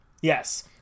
yes